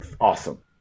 awesome